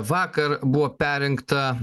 vakar buvo perrinkta